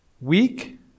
Weak